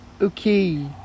Okay